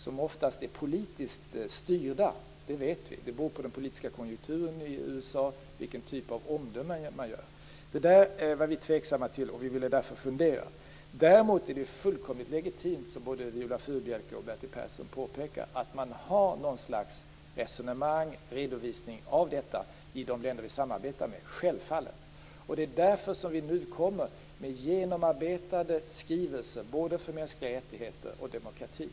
De är oftast politiskt styrda, det vet vi. Det beror på den politiska konjunkturen i USA vilken typ av omdömen man gör. Det var vi tveksamma till, och vi ville därför fundera. Däremot är det fullkomligt legitimt, som både Viola Furubjelke och Bertil Persson påpekar, att man har någon slags resonemang och redovisning av detta när det gäller de länder vi samarbetar med, självfallet. Det är därför vi nu kommer med genomarbetade skrivelser vad gäller både mänskliga rättigheter och demokrati.